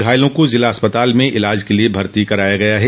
घायलों को जिला अस्पताल में इलाज के लिए भर्ती कराया गया है